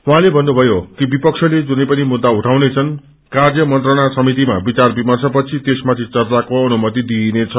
उहाँले भन्नुभयो कि विपसले जुनै पनि मुद्दा उइाउनेछन् कार्य मन्त्रणा समितिमा विचार विम्रशपछि त्यपछि चर्चाको अनुमति दिइनेछ